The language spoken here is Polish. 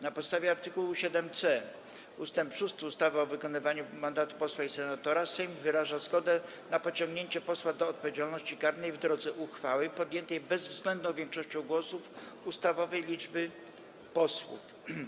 Na podstawie art. 7c ust. 6 ustawy o wykonywaniu mandatu posła i senatora Sejm wyraża zgodę na pociągnięcie posła do odpowiedzialności karnej w drodze uchwały podjętej bezwzględną większością głosów ustawowej liczby posłów.